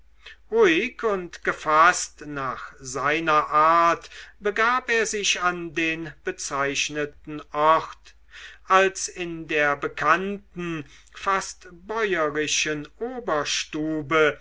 ruhig und gefaßt nach seiner art begab er sich an den bezeichneten ort als in der bekannten fast bäuerischen